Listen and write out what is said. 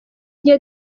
gihe